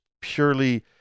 purely